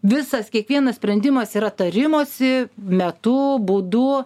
visas kiekvienas sprendimas yra tarimosi metu būdu